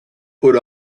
put